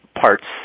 parts